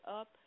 up